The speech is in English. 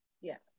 Yes